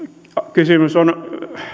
kysymys on